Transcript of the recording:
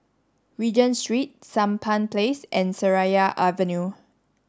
Regent Street Sampan Place and Seraya Avenue